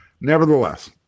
Nevertheless